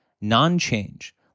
non-change